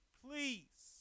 please